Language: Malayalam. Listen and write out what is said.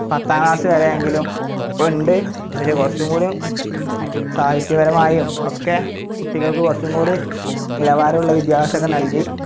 പത്താം ക്ലാസ്സ് വരെയെങ്കിലു ഇപ്പം ഉണ്ട് പക്ഷെ കുറച്ചുംകൂടിയും സാഹിത്യപരമായും ഒക്കെ കുട്ടികൾക്ക് കുറച്ചും കൂടി നിലവാരമുള്ള വിദ്യാഭ്യാസമൊക്കെ നൽകി